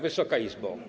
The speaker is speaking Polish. Wysoka Izbo!